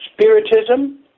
Spiritism